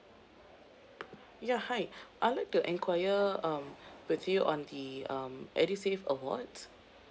yeah hi I'd like to inquire um with you on the um edusave awards